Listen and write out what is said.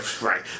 Right